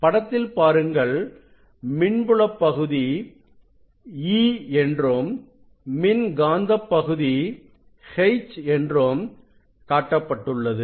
படத்தில் பாருங்கள் மின்புலப் பகுதி E என்றும் மின்காந்தப் பகுதி H என்றும் காட்டப்பட்டுள்ளது